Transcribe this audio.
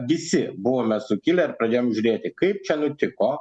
visi buvome sukilę ir pradėjom žiūrėti kaip čia nutiko